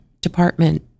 department